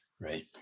Right